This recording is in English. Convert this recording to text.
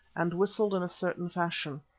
and whistled in a certain fashion.